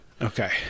Okay